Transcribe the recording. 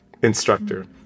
instructor